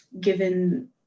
given